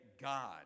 God